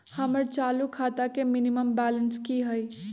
हमर चालू खाता के मिनिमम बैलेंस कि हई?